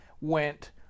went